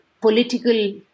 political